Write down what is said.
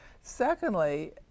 Secondly